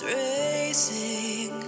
racing